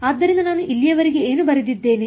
ಆದ್ದರಿಂದ ನಾನು ಇಲ್ಲಿಯವರೆಗೆ ಏನು ಬರೆದಿದ್ದೇನೆ